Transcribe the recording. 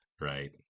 right